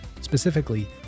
Specifically